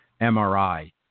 mri